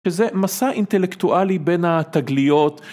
שזה מסע אינטלקטואלי בין התגליות.